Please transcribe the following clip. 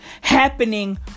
happening